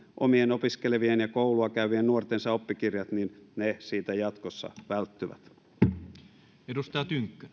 omien opiskelevien ja koulua käyvien nuortensa oppikirjat siltä jatkossa välttyvät